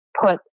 put